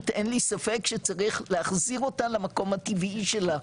אין לי ספק שצריך להחזיר אותה למקום הטבעי שלה,